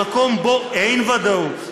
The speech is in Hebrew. למקום שבו אין ודאות,